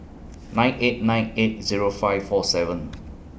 nine eight nine eight Zero five four seven